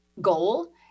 goal